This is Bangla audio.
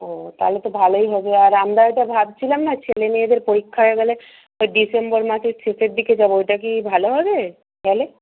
ও তাহলে তো ভালোই হবে আর আমরা ওইটা ভাবছিলাম না ছেলে মেয়েদের পরীক্ষা হয়ে গেলে ডিসেম্বর মাসের শেষের দিকে যাব ওইটা কি ভালো হবে গেলে